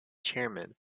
chairman